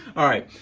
alright,